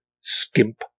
skimp